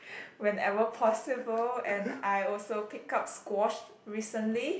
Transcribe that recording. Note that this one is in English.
whenever possible and I also picked up squash recently